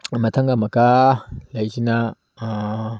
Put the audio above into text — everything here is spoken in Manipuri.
ꯃꯊꯪ ꯑꯃꯨꯛꯀ ꯂꯩꯔꯤꯁꯤꯅ